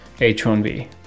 H-1B